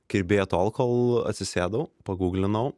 kirbėjo tol kol atsisėdau paguglinau